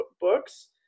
books